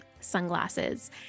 sunglasses